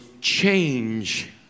change